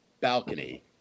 balcony